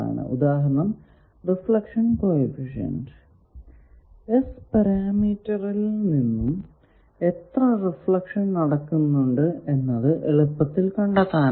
ഉദാഹരണം reflection coefficient S പരാമീറ്ററിൽ നിന്നും എത്ര റിഫ്ലക്ഷൻ നടക്കുന്നുണ്ട് എന്നത് എളുപ്പത്തിൽ കണ്ടെത്താനാകും